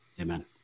Amen